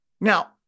Now